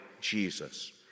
Jesus